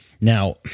Now